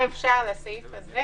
אפשר לסעיף הזה